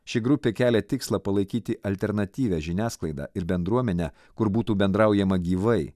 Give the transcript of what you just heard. ši grupė kelia tikslą palaikyti alternatyvią žiniasklaidą ir bendruomenę kur būtų bendraujama gyvai